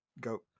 Go